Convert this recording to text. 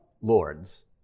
lords